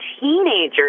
teenagers